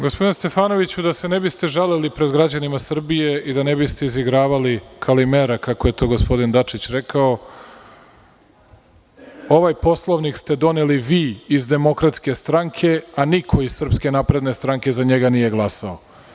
Gospodine Stefanoviću, da se ne biste žalili pred građanima Srbije i da ne biste izigravali kalimera, kako je to gospodin Dačić rekao, ovaj Poslovnik ste doneli vi iz DS, a niko iz SNS nije glasao.